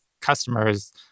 customers